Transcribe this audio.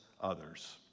others